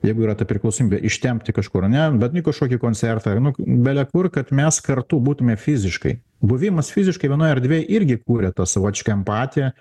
jeigu yra ta priklausomybė ištempti kažkur ane bet į kažkokį koncertą nu belekur kad mes kartu būtume fiziškai buvimas fiziškai vienoj erdvėj irgi kuria tą savotišką empatiją